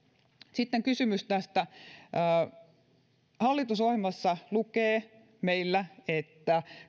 sitten kysymys tästä kun hallitusohjelmassa lukee meillä että